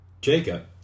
Jacob